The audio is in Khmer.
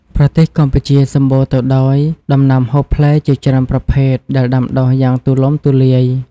ប្រទេសកម្ពុជាសម្បូរទៅដោយដំណាំហូបផ្លែជាច្រើនប្រភេទដែលដាំដុះយ៉ាងទូលំទូលាយ។